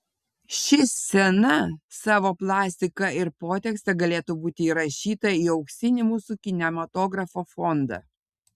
ši scena savo plastika ir potekste galėtų būti įrašyta į auksinį mūsų kinematografo fondą